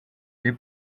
they